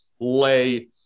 lay